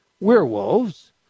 Werewolves